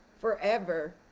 forever